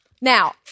Now